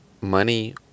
money